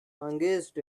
against